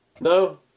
No